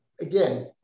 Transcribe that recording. again